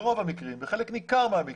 ברוב המקרים, בחלק ניכר מהמקרים,